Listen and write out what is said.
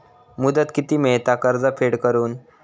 मुदत किती मेळता कर्ज फेड करून?